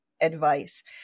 advice